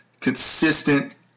consistent